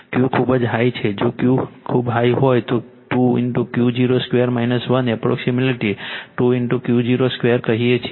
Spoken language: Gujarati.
Q ખૂબ હાઈ છે જો Q ખૂબ હાઈ હોય તો 2 Q0 2 1 એપ્રોક્સિમેટલી 2 Q0 2 કહીએ છીએ